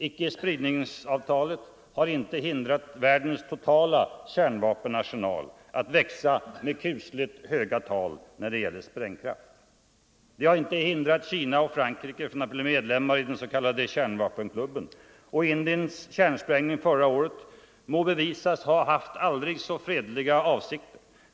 Icke-spridningsavtalet har inte hindrat världens totala kärnvapenarsenal att växa med kusligt höga tal när det gäller sprängkraft. Det har inte hindrat Kina och Frankrike från att bli medlemmar i den s.k. kärnvapenklubben, och Indiens kärnsprängning förra året må bevisas ha aldrig så fredliga avsikter.